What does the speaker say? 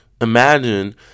Imagine